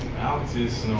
alex is